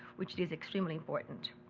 which is extremely important.